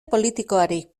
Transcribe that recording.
politikoari